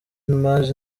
maj